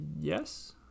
yes